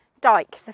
dike